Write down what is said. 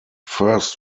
first